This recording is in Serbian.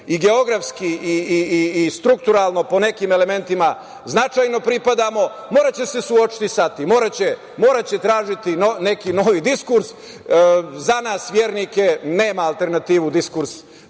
i geografski i strukturalno po nekim elementima značajno pripadamo, moraće se suočiti sa tim, moraće tražiti neki novi diskurs. Za nas vernike nema alternativu diskurs